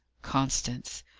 constance,